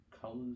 colors